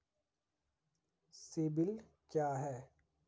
CIBIL क्या है?